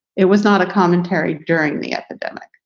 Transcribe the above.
it was not a commentary during the epidemic